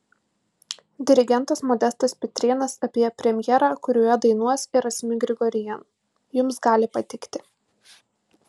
dirigentas modestas pitrėnas apie premjerą kurioje dainuos ir asmik grigorian jums gali patikti